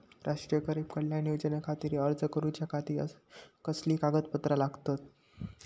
राष्ट्रीय गरीब कल्याण योजनेखातीर अर्ज करूच्या खाती कसली कागदपत्रा लागतत?